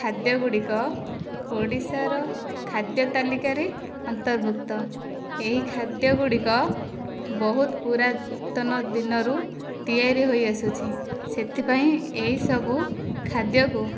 ଖାଦ୍ୟ ଗୁଡ଼ିକ ଓଡ଼ିଶାର ଖାଦ୍ୟ ତାଲିକାରେ ଅନ୍ତର୍ଭୁକ୍ତ ଏହି ଖାଦ୍ୟଗୁଡ଼ିକ ବହୁତ ପୁରାତନ ଦିନରୁ ତିଆରି ହୋଇ ଆସୁଅଛି ସେଥିପାଇଁ ଏହି ସବୁ ଖାଦ୍ୟକୁ